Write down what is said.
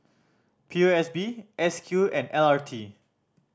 P O S B S Q and L R T